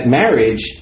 marriage